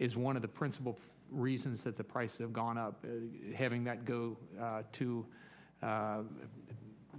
is one of the principal reasons that the price of gone up having that go to